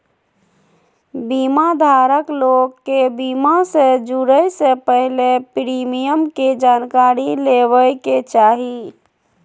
बीमा धारक लोग के बीमा से जुड़े से पहले प्रीमियम के जानकारी लेबे के चाही